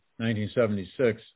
1976